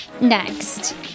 Next